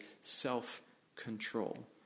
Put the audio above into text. self-control